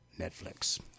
Netflix